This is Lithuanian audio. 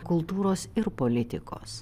kultūros ir politikos